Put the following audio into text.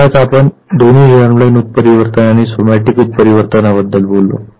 आत्ताच आपण दोन्ही जर्मलाईन उत्परिवर्तन आणि सोमॅटिक उत्परिवर्तनांबद्दल बोललो